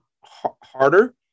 harder